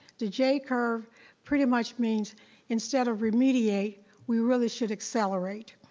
the j curve pretty much means instead of remediate we really should accelerate.